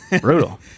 brutal